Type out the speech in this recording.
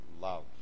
love